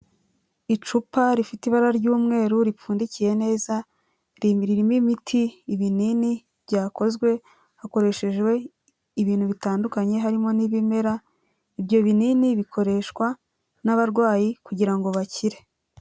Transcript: Icupa rifite ibara ry'umweru ripfundikiye neza ririmo imiti, ibinini byakozwe hakoreshejwe ibintu bitandukanye harimo n'ibimera, ibyo binini bikoreshwa n'abarwayi kugira ngo bakire.